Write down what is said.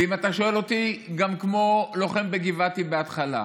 ואם אתה שואל אותי גם כמו לוחם בגבעתי בהתחלה,